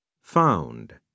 found